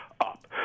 up